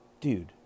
dude